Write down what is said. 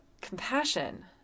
compassion